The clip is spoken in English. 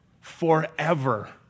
forever